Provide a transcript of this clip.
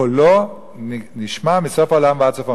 קולו נשמע מסוף העולם ועד סופו.